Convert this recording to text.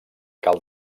cal